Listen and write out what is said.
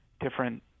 different